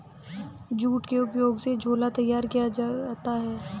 jute के उपयोग से झोला तैयार किया जाता है